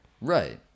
Right